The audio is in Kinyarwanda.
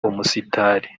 umusitari